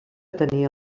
tenia